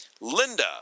Linda